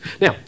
Now